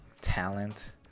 talent